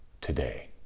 today